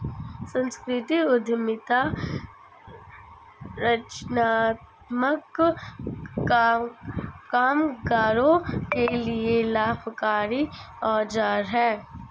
संस्कृति उद्यमिता रचनात्मक कामगारों के लिए लाभकारी औजार है